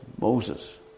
Moses